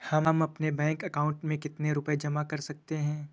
हम अपने bank account में कितने रुपये जमा कर सकते हैं?